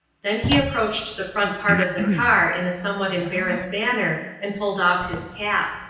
then he approached the front part of the car in a somewhat embarrassed manner and pulled off his cap.